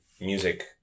music